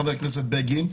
חבר הכנסת בגין.